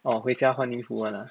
orh 回家换衣服 [one] ah